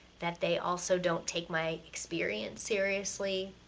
that they also don't take my experience seriously.